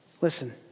Listen